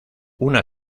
una